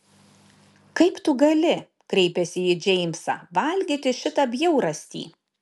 kaip tu gali kreipėsi ji į džeimsą valgyti šitą bjaurastį